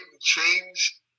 change